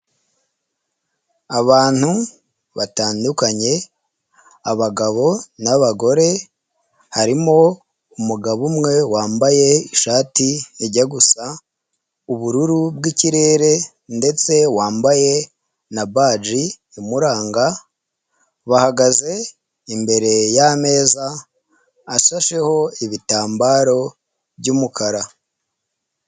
Abantu batandukanye, abagabo n'abagore, harimo umugabo umwe wambaye ishati ijya gusa ubururu bw'ikirere ndetse wambaye na baji imuranga, bahagaze imbere y'ameza asasheho ibitambaro by'umukara.